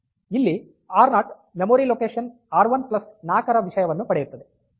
ಇಲ್ಲಿ ಆರ್0 memory location ಆರ್14 ರ ವಿಷಯವನ್ನು ಪಡೆಯುತ್ತದೆ